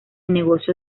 negocio